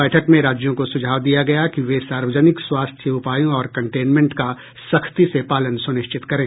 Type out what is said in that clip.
बैठक में राज्यों को सुझाव दिया गया कि वे सार्वजनिक स्वास्थ्य उपायों और कटेंनमेंट का सख्ती से पालन सुनिश्चित करें